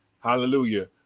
hallelujah